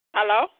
Hello